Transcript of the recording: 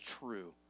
true